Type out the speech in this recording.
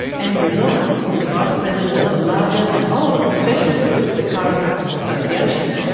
andrew lawrence, the vice president of the larger and older professional group, the chiropractors association,